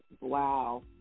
wow